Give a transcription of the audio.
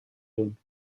doen